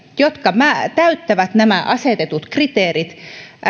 jotka täyttävät nämä asetetut kriteerit